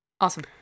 awesome